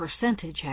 percentage